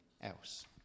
else